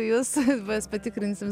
jus mes patikrinsim